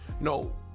no